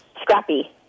scrappy